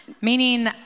meaning